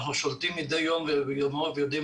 אנחנו שולטים מדי יום ביומו ויודעים